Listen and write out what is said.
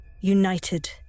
United